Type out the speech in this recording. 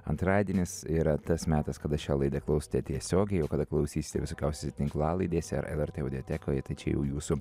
antradienis yra tas metas kada šią laidą klausote tiesiogiai o kada klausysite visokiose tinklalaidėse ar lrt audiotekoje tai čia jau jūsų